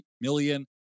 million